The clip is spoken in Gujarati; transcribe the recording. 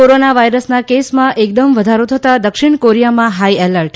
કોરોના વાયરસના કેસમાં એકદમ વધારો થતાં દક્ષિણ કોરીયામાં હાઇ એલર્ટ